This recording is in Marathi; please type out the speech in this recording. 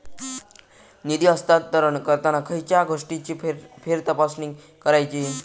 निधी हस्तांतरण करताना खयच्या गोष्टींची फेरतपासणी करायची?